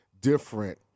different